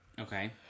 okay